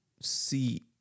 see